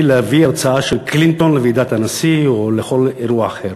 הרצאה של קלינטון בוועידת הנשיא או בכל אירוע אחר.